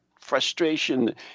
frustration